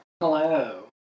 Hello